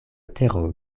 tero